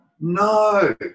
No